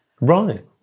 Right